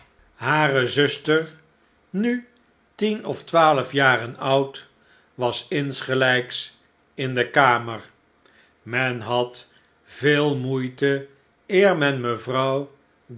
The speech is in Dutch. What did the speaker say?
hare zuster nu tien of twaalf jaren oud was insgelijks in de kamer men had veel moeite eer men mevrouw